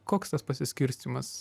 koks tas pasiskirstymas